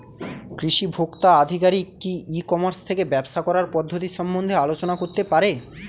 কৃষি ভোক্তা আধিকারিক কি ই কর্মাস থেকে ব্যবসা করার পদ্ধতি সম্বন্ধে আলোচনা করতে পারে?